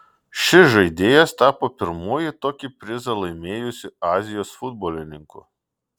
šis žaidėjas tapo pirmuoju tokį prizą laimėjusiu azijos futbolininku